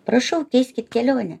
prašau keiskit kelionę